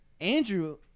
Andrew